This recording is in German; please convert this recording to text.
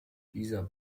dieser